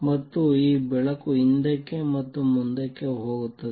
ಮತ್ತು ಈ ಬೆಳಕು ಹಿಂದಕ್ಕೆ ಮತ್ತು ಮುಂದಕ್ಕೆ ಹೋಗುತ್ತದೆ